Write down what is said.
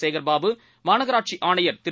Sekarbabu மாநகராட்சிஆணையர்திரு